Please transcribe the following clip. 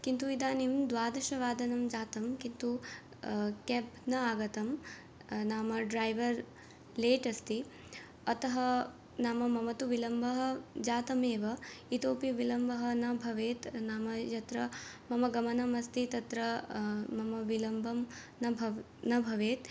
किन्तु इदानीं द्वादशवादनं जातं किन्तु केब् न आगतं नाम ड्रैवर् लेट् अस्ति अतः नाम मम तु विलम्बः जातमेव इतोऽपि विलम्बः न भवेत् नाम यत्र मम गमनमस्ति तत्र मम विलम्बः न भव् न भवेत्